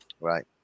Right